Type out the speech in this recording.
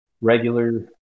regular